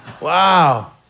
Wow